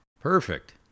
perfect